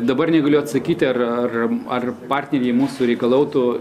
dabar negaliu atsakyti ar ar ar partneriai mūsų reikalautų